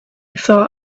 thought